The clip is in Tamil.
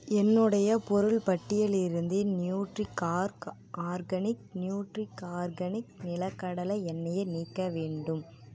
என்னுடைய பொருள் பட்டியலிருந்து நியூட்ரிஆர்க் ஆர்கானிக் நியூட்ரிக் ஆர்கானிக் நிலக்கடலை எண்ணெயை நீக்க வேண்டும்